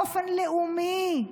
באופן לאומי,